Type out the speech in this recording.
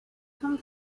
come